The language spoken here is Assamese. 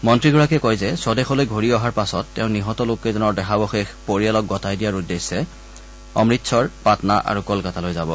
মন্ত্ৰীগৰাকীয়ে কয় যে স্বদেশলৈ ঘূৰি অহাৰ পিছত তেওঁ নিহত লোককেইজনৰ দেহাৱশেষ পৰিয়ালক গতাই দিয়াৰ উদ্দেশ্যে অমৃতসৰ পাটনা আৰু কলকাতালৈ যাব